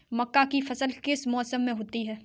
मक्का की फसल किस मौसम में होती है?